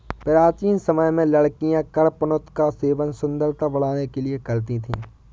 प्राचीन समय में लड़कियां कडपनुत का सेवन सुंदरता बढ़ाने के लिए करती थी